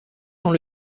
dans